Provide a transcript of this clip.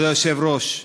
כבוד היושב-ראש,